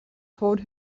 told